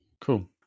cool